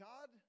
God